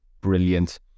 brilliant